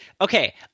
okay